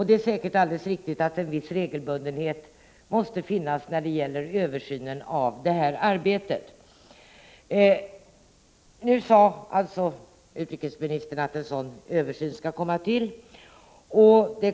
Det är alldeles riktigt att det måste finnas en viss regelbundenhet när det gäller översynen av detta arbete. Mycket har naturligtvis förändrats, och utrikesministern sade nu att en sådan översyn skall komma till stånd.